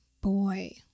Boy